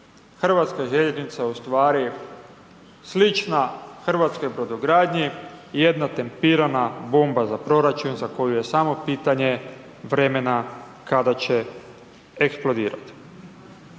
da je HŽ ustvari slična hrvatskoj brodogradnji, jedna tempirana bomba za proračun za koju je samo pitanje vremena kada će eksplodirati.